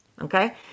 Okay